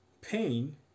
pain